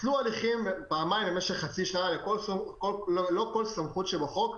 התלו הליכים פעמיים במשך חצי שנה ללא כל סמכות בחוק,